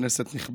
ליטאים וחסידים,